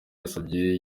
yasabye